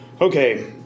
okay